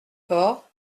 port